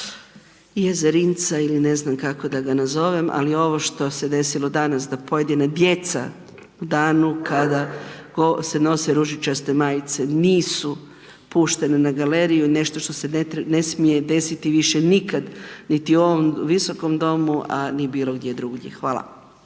Jezerinca ili ne znam kako da ga nazovem ali ovo što se desilo danas da pojedina djeca u danu kada se nose ružičaste majice nisu puštena na galeriju, nešto što se ne smije desiti više nikad niti u ovom Visokom domu a ni bilogdje drugdje. Hvala.